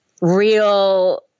real